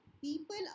people